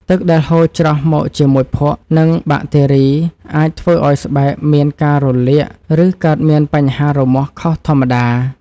ទឹកដែលហូរច្រោះមកជាមួយភក់ និងបាក់តេរីអាចធ្វើឱ្យស្បែកមានការរលាក ឬកើតមានបញ្ហារមាស់ខុសធម្មតា។